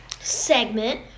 segment